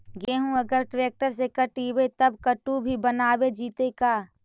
गेहूं अगर ट्रैक्टर से कटबइबै तब कटु भी बनाबे जितै का?